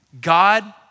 God